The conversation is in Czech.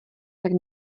tak